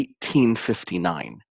1859